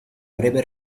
breve